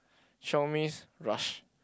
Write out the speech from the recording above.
chiong means rush